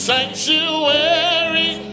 Sanctuary